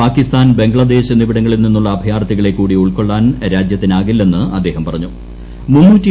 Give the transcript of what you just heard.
പാകിസ്ഥാൻ ബംഗ്ലാദേശ് എന്നിവിടങ്ങളിൽ നിന്നുള്ള അഭ്യ്യാർത്ഥികളെ കൂടി ഉൾക്കൊള്ളാൻ രാജ്യത്തിനാകില്ലെന്ന് അദ്ദേഹം പ്പുറ്ഞ്ഞു